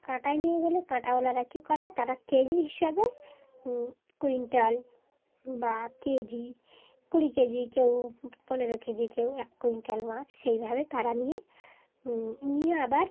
কাঁটায় নিয়ে গেলে কাঁটাওয়ালারা কী করে তারা কেজি হিসাবে কুইন্টাল বা কেজি কুড়ি কেজি কেউ পনেরো কেজি কেউ এক কুইন্টাল মাছ সেইভাবে তারা নিয়ে নিয়ে আবার